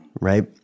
right